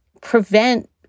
prevent